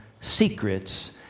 secrets